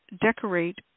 decorate